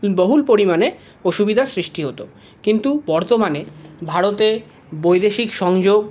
বহুল পরিমাণে অসুবিধার সৃষ্টি হত কিন্তু বর্তমানে ভারতে বৈদেশিক সংযোগ